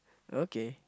okay